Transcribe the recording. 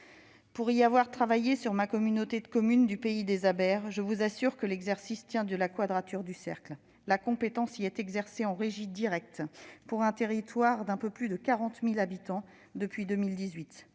Pour y avoir travaillé sur ma communauté de communes du Pays des Abers, je vous assure que l'exercice tient de la quadrature du cercle. La compétence y est exercée en régie directe depuis 2018, pour un territoire d'un peu plus de 40 000 habitants. Nous avons